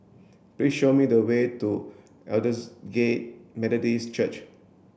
please show me the way to Aldersgate Methodist Church